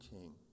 king